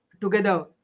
together